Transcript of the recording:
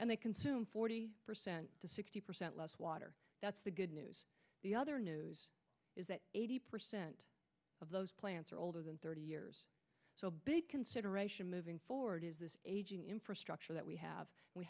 and they consume forty to sixty percent less water that's the good news the other news is that eighty percent of those plants are older than thirty years so a big consideration moving forward is infrastructure that we have we